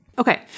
Okay